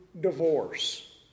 divorce